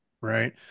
Right